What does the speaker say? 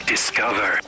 Discover